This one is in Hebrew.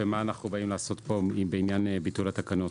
ומה אנחנו באים לעשות פה בעניין ביטול התקנות.